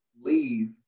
leave